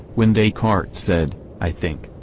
when descartes said i think,